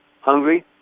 Hungry